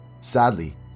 Sadly